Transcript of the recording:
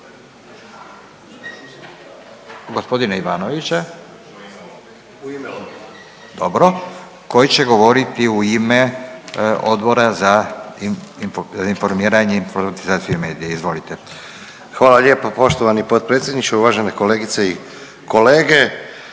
Hvala lijepa poštovani predsjedavajući, kolegice i kolege,